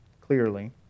clearly